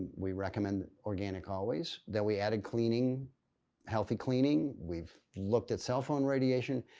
we recommend organic always. then we added cleaning healthy cleaning. we've looked at cellphone radiation.